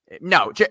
no